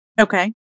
okay